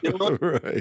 Right